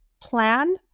plan